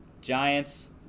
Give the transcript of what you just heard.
Giants